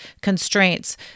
constraints